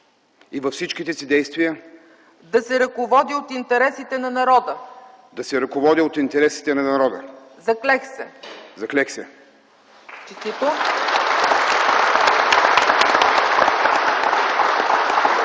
и във всичките си действия да се ръководя от интересите на народа. Заклех се!”